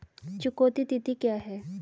चुकौती तिथि क्या है?